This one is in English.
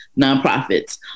nonprofits